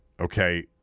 Okay